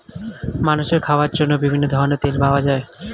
মানুষের খাওয়ার জন্য বিভিন্ন ধরনের তেল পাওয়া যায়